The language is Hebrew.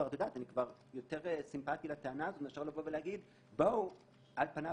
אני כבר יותר סימפטי לטענה הזאת מאשר להגיד על פניו